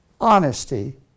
honesty